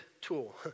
tool